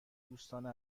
دوستانه